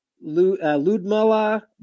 Ludmila